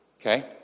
Okay